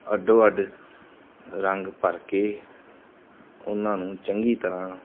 ਅੱਡੋ ਅੱਡ ਰੰਗ ਭਰ ਕੇ ਉਹਨਾਂ ਨੂੰ ਚੰਗੀ ਤਰ੍ਹਾਂ